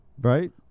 Right